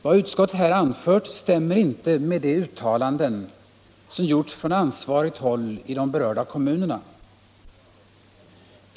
Vad utskottet här anfört stämmer inte med de uttalanden som gjorts från Nr 89 ansvarigt håll i de berörda kommunerna.